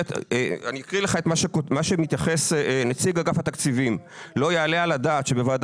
אני אקריא לך את מה שאומר נציג אגף התקציבים: "לא יעלה על הדעת שבוועדה